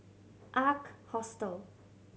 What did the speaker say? Ark Hostel